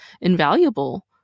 invaluable